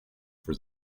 for